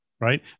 right